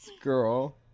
Girl